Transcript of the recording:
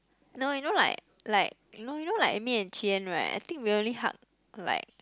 no you know like like you know you know like me and Chien right I think we only hug like